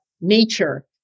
nature